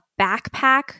backpack